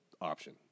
option